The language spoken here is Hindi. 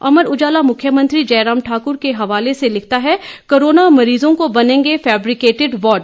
अमर उजाला मुख्यमंत्री जयराम ठाकुर के हवाले से लिखता है कोरोना मरीजों को बनेंगे फेब्रिकेटिड वार्ड